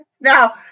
Now